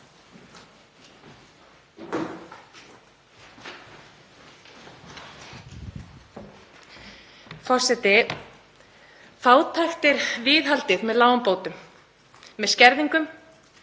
Forseti. Fátækt er viðhaldið með lágum bótum, með skerðingum,